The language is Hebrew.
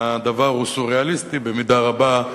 הדבר הוא סוריאליסטי במידה רבה,